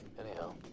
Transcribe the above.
anyhow